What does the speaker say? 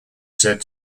said